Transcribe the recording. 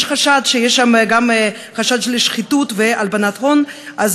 ויש חשד לשחיתות והלבנת הון שם.